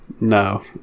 No